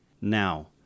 Now